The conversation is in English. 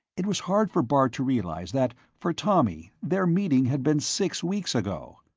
it was hard for bart to realize that, for tommy, their meeting had been six weeks ago.